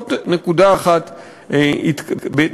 לפחות בנקודה אחת התקדמנו.